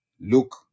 look